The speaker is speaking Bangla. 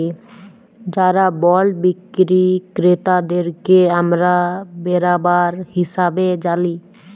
যারা বল্ড বিক্কিরি কেরতাদেরকে আমরা বেরাবার হিসাবে জালি